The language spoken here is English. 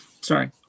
sorry